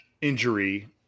injury